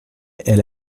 elle